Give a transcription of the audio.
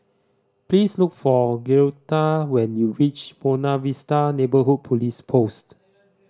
please look for Girtha when you reach Buona Vista Neighbourhood Police Post